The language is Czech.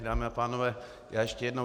Dámy a pánové, já ještě jednou.